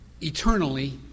eternally